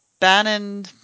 Bannon